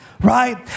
right